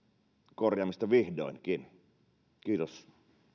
korjaamista vihdoinkin kiitos